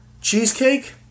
Cheesecake